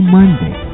Monday